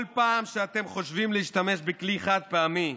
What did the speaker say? כל פעם שאתם חושבים להשתמש בכלי חד-פעמי,